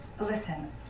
Listen